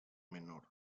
menor